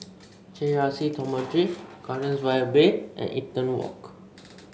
J R C Dormitory Gardens by the Bay and Eaton Walk